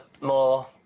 more